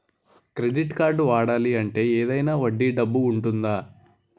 Credit కార్డ్ని వాడాలి అంటే ఏదైనా వడ్డీ డబ్బు ఉంటుందా?